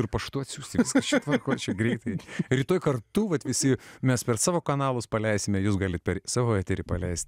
ir paštu atsiųsti viskas čia tvarkoje čia greitai rytoj kartu vat visi mes per savo kanalas paleisime jus gali per savo eterį paleisti